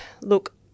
look